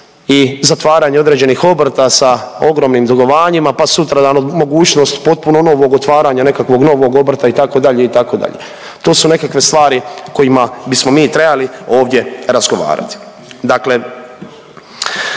i zatvaranje određenih obrta sa ogromnim dugovanjima pa sutradan mogućnost potpuno novog otvaranja nekakvog novog obrta, itd., itd. To su nekakve stvari kojima bismo mi trebali ovdje razgovarati.